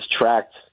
tracked